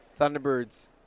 Thunderbirds